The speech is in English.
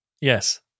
Yes